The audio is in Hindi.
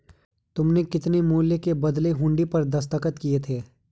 तुमने कितने मूल्य के बदले हुंडी पर दस्तखत किए थे?